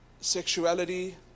sexuality